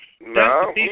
No